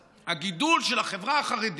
אל תשכחו דבר אחד: הגידול של החברה החרדית,